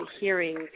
hearing